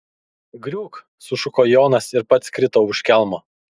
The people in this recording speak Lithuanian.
griūk sušuko jonas ir pats krito už kelmo